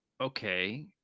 Okay